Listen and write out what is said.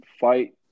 fight